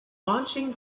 launching